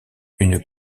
une